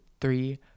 three